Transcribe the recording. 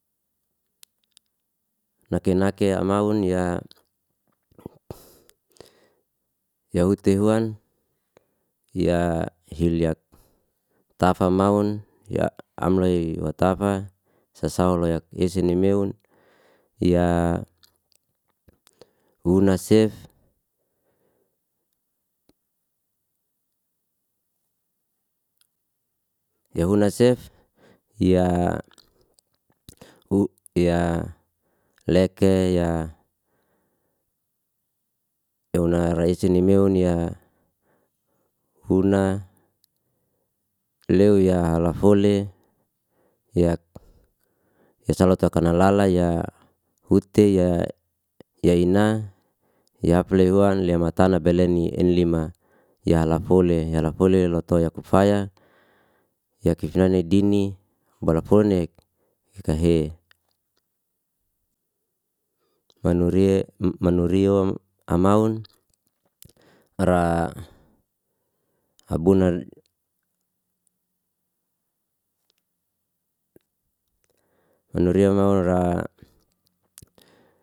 Nake nake amaun ya- ya utihuan, ya hilyak tafa maun, ya amlai wa tafa, sasawla yak ese nimeun, ya huna sef ya huna sef, ya leke, ya unai raisini meun, ya huna leol ya halafole, yak ya salota kanalala ya hute, ya ina, ya aplewan lematana belani enlima, ya halafole halafole lotu yak ufaya, yakif naini dini balafolne hikahe. Manuriy manurium amaun ra abuna, manurium amaun ra.